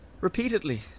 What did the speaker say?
Repeatedly